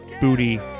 booty